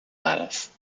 lattice